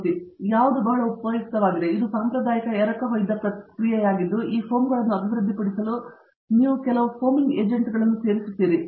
ಮೂರ್ತಿ ಯಾವುದು ಬಹಳ ಉಪಯುಕ್ತವಾಗಿದೆ ಇದು ಸಾಂಪ್ರದಾಯಿಕ ಎರಕಹೊಯ್ದ ಪ್ರಕ್ರಿಯೆಯಾಗಿದ್ದು ಈ ಫೋಮ್ಗಳನ್ನು ಅಭಿವೃದ್ಧಿಪಡಿಸಲು ನೀವು ಕೆಲವು ಫೋಮಿಂಗ್ ಏಜೆಂಟ್ಗಳನ್ನು ಸೇರಿಸುತ್ತೀರಿ